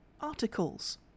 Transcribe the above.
articles